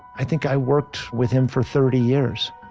i think i worked with him for thirty years,